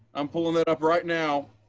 i'm pulling it up right now.